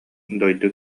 дойду